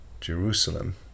Jerusalem